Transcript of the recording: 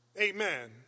Amen